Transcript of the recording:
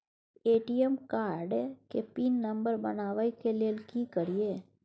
ATM card के PIN number बनाबै के लेल की करिए?